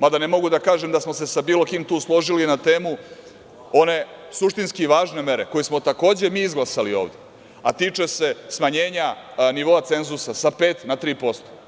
mada ne mogu da kažem da smo se sa bilo kim tu složili na temu one suštinski važne mere, koju smo takođe mi izglasali ovde, a tiče se smanjenja nivoa cenzusa sa pet na tri posto.